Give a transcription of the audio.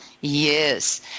Yes